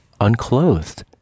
unclothed